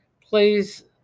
Please